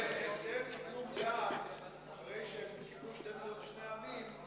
את זה הם קיבלו מייד אחרי שהם קיבלו שתי מדינות לשני עמים.